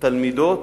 תלמידות